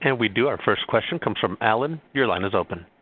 and we do. our first question comes from allan. your line is open.